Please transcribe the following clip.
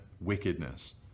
wickedness